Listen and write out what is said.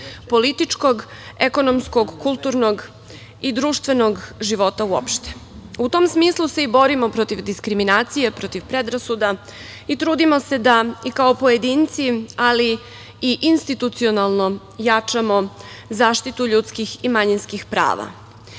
političkog, ekonomskog, kulturnog i društvenog života uopšte.U tom smislu se i borimo protiv diskriminacije, protiv predrasuda i trudimo se da i kao pojedinci, ali i institucionalno jačamo zaštitu ljudskih i manjinskih prava. Iz